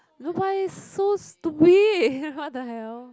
look but it's so stupid what the hell